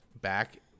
back